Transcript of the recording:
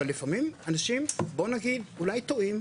אבל לפעמים בואו נגיד שאנשים אולי טועים,